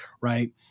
right